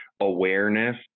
Awareness